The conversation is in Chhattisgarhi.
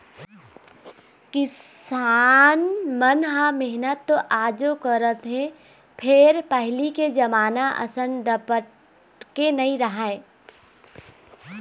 किसान मन ह मेहनत तो आजो करत हे फेर पहिली के जमाना असन डपटके नइ राहय